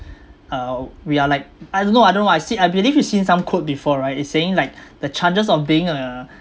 uh we are like I know I know I've seen I believe you've seen some quote before right it's saying like the chances of being uh